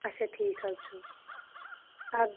اچھا ٹھیٖک حظ چھُ اَد